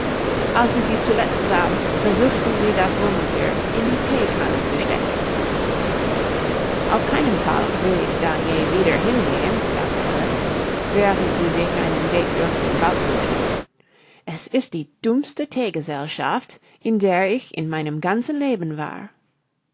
als sie sie zuletzt sah versuchten sie das murmelthier in die theekanne zu stecken auf keinen fall will ich da je wieder hingehen sagte alice während sie sich einen weg durch den wald suchte es ist die dümmste theegesellschaft in der ich in meinem ganzen leben war